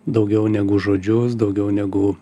daugiau negu žodžius daugiau negu